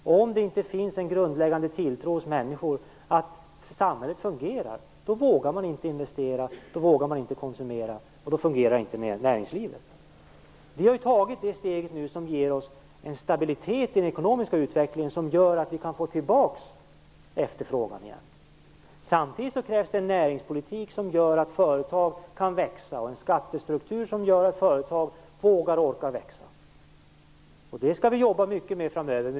Om det inte finns en grundläggande tilltro hos människor att samhället fungerar, då vågar man inte investera eller konsumera. Då fungerar inte näringslivet. Vi har nu tagit det steget som ger oss en stabilitet i den ekonomiska utvecklingen som gör att vi kan få tillbaka efterfrågan igen. Samtidigt krävs en näringspolitik som gör att företag kan växa och en skattestruktur som gör att företagen vågar och orkar växa. Det skall vi jobba mycket med framöver.